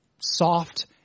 soft